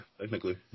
Technically